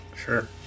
Sure